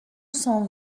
cent